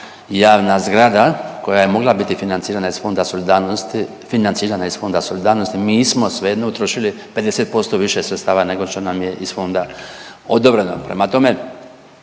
financirana iz Fonda solidarnosti financirana iz Fonda solidarnosti mi smo svejedno utrošili 50% više sredstava nego što nam je iz fonda odobreno. Prema tome,